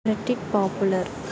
reddit popular